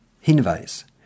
Hinweis